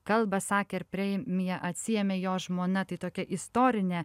kalbą sakė ir premiją atsiėmė jo žmona tai tokia istorinė